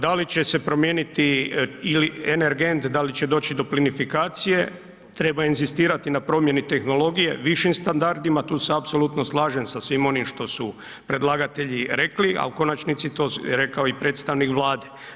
Da li će se promijeniti ili energent, da li će doći do plinifikacije, treba inzistirati na promjeni tehnologije, višim standardima, tu se apsolutno slažem sa svime onim što su predlagatelji rekli, a u konačnici, to je rekao i predstavnik Vlade.